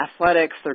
athletics